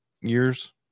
years